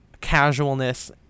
casualness